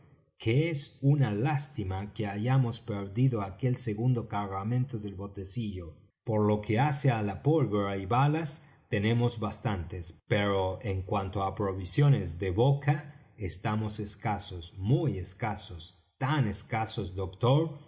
que es una lástima que hayamos perdido aquel segundo cargamento del botecillo por lo que hace á pólvora y balas tenemos bastantes pero en cuanto á provisiones de boca estamos escasos muy escasos tan escasos doctor